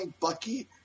Bucky